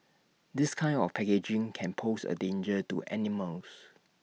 this kind of packaging can pose A danger to animals